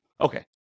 Okay